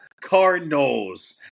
Cardinals